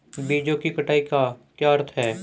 बीजों की कटाई का क्या अर्थ है?